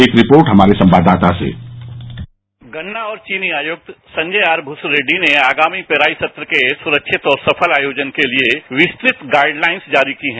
एक रिपोर्ट हमारे संवाददाता से गन्ना और चीनी आयुक्त संजय आर भुसरेडी ने आगामी पेराई सत्र के सुरक्षित और सफल आयोजन के लिए विस्तृत गाइडलाइंस जारी की है